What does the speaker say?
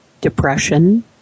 depression